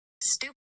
stupid